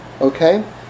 Okay